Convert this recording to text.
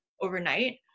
overnight